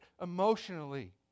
emotionally